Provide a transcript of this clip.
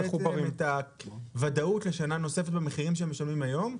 להם את הוודאות לשנה נוספת במחירים שהם משלמים היום.